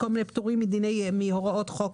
כל מיני פטורים מהוראות חוק.